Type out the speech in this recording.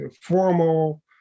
formal